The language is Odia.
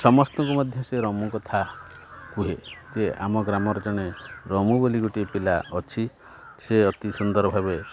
ସମସ୍ତଙ୍କୁ ମଧ୍ୟ ସେ ରମୁ କଥା କୁହେ ଯେ ଆମ ଗ୍ରାମର ଜଣେ ରମୁ ବୋଲି ଗୋଟିଏ ପିଲା ଅଛି ସେ ଅତି ସୁନ୍ଦର ଭାବେ